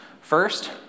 First